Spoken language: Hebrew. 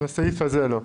על הסעיף הזה לא.